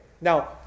Now